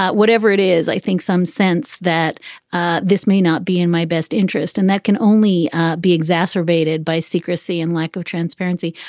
whatever it is, i think some sense that ah this may not be in my best interest and that can only be exacerbated by secrecy and lack of transparency.